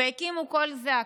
והקימו קול זעקה,